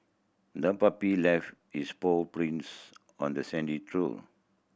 the puppy left its paw prints on the sandy shore